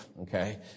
Okay